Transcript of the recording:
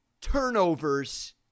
turnovers